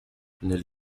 nel